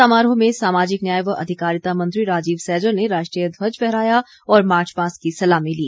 समारोह में सामाजिक न्याय व अधिकारिता मंत्री राजीव सैजल ने राष्ट्रीय ध्वज फहराया और मार्चपास्ट की सलामी ली